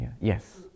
Yes